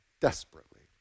desperately